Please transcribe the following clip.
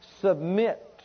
submit